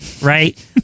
right